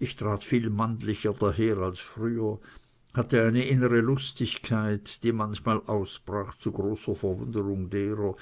ich trat viel mannlicher daher als früher hatte eine innere lustigkeit die manchmal ausbrach zu großer verwunderung derer